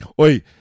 Oi